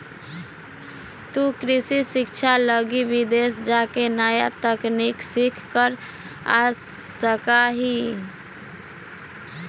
तु कृषि शिक्षा लगी विदेश जाके नया तकनीक सीख कर आ सका हीं